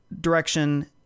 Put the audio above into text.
direction